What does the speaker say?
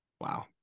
Wow